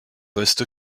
poste